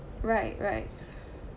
right right